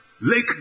Lake